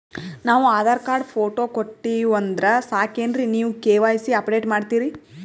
ನಾವು Aadhaar card, photo ಕೊಟ್ಟೀವಂದ್ರ ಸಾಕೇನ್ರಿ ನೀವ ಕೆ.ವೈ.ಸಿ ಅಪಡೇಟ ಮಾಡ್ತೀರಿ?